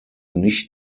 nicht